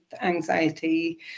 anxiety